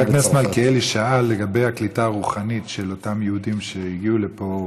חבר הכנסת מלכיאלי שאל לגבי הקליטה הרוחנית של אותם יהודים שהגיעו לפה.